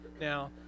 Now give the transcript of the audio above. Now